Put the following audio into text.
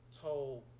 told